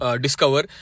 discover